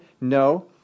no